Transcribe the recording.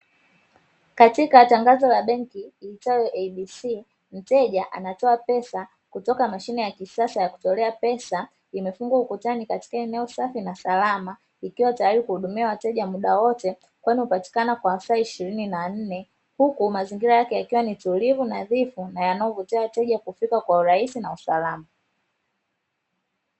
Katika tangazo la benki la tawi la "NBC" mteja anatoka pesa kutoka mashine ya kisasa ya kutoa pesa imefungwa ukutani katika eneo safi na salama, ikiwa tayari kuhudumia wateja muda wote kwani hupatikana Kwa masaa ishirini na nne, huku mazingira yake yakiwa ni tulivu, nadhifu yanayovutia wateja kufika Kwa urahisi na usalama.